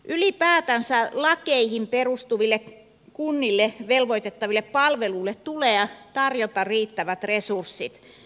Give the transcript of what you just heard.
ylipäätänsä lakeihin perustuville kunnille velvoitettaville palveluille tulee tarjota riittävät resurssit